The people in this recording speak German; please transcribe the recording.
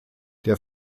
der